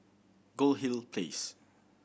Goldhill Place